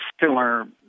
similar